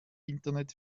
internet